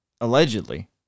Allegedly